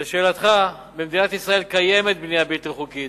לשאלתך, במדינת ישראל קיימת בנייה בלתי חוקית,